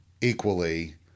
equally